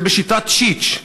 זה בשיטת צ'יץ'.